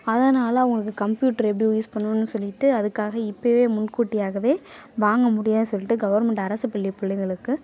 அதனால் அவங்களுக்கு கம்ப்யூட்டர் எப்படி யூஸ் பண்ணுன்னு சொல்லிட்டு அதுக்காக இப்போவே முன்கூட்டியாகவே வாங்க முடியாது சொல்லிட்டு கவர்மெண்ட் அரசுப்பள்ளி பிள்ளைங்களுக்கு